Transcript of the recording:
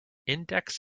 index